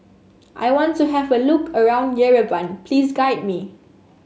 I want to have a look around Yerevan please guide me